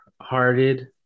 hearted